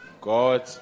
God